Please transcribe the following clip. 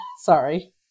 Sorry